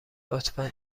لطفا